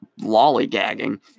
lollygagging